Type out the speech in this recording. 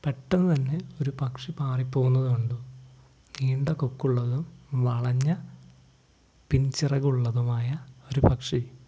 പെട്ടെന്നു തന്നെ ഒരു പക്ഷി പാറിപ്പോകുന്നതു കണ്ടു നീണ്ട കൊക്കുള്ളതും വളഞ്ഞ പിൻചിറകുള്ളതുമായ ഒരു പക്ഷി